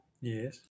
Yes